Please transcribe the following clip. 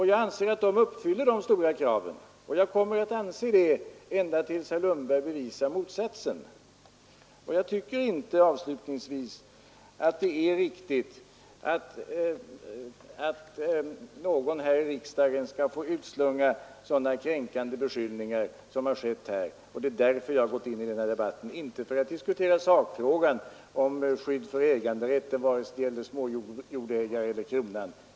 Jag anser att dessa tjänstemän uppfyller de kraven, och jag kommer att anse det ända tills herr Lundberg bevisar motsatsen. Jag tycker inte, avslutningsvis, att det är riktigt att någon här i riksdagen skall få utslunga sådana kränkande beskyllningar som har skett här. Det är därför jag har gått in i den här debatten — inte för att diskutera sakfrågan om skydd för äganderätten vare sig det gäller småjordbrukare eller kronan.